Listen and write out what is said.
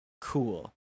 cool